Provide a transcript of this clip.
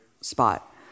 spot